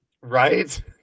right